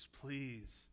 please